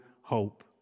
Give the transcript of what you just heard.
hope